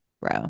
bro